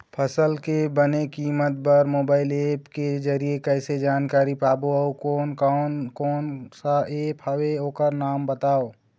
फसल के बने कीमत बर मोबाइल ऐप के जरिए कैसे जानकारी पाबो अउ कोन कौन कोन सा ऐप हवे ओकर नाम बताव?